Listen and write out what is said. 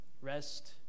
rest